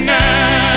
now